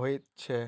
होइत छै